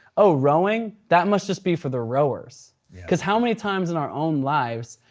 or rowing, that must just be for the rowers. cause how many times in our own lives,